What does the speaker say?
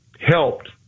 helped